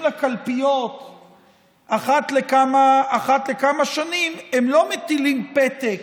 לקלפיות אחת לכמה שנים הם לא מטילים פתק